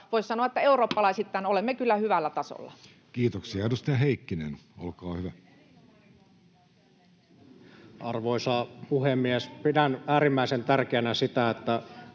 voisi sanoa, että eurooppalaisittain olemme kyllä hyvällä tasolla. Kiitoksia. — Edustaja Heikkinen, olkaa hyvä. Arvoisa puhemies! Pidän äärimmäisen tärkeänä sitä, että